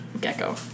gecko